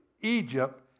Egypt